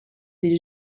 des